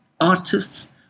artists